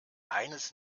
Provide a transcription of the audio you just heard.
eines